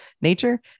nature